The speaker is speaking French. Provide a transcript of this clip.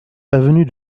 avenue